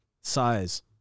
size